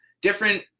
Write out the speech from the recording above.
different